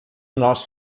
nós